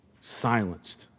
Silenced